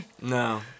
No